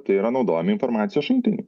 tai yra naudojami informacijos šaltiniai